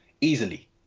easily